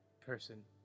person